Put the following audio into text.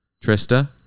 Trista